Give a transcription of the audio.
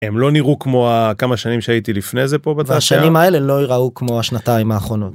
הם לא נראו כמו כמה שנים שהייתי לפני זה פה בתעשייה. והשנים האלה לא יראו כמו השנתיים האחרונות.